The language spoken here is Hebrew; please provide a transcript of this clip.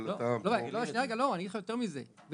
אבל --- יותר מזה,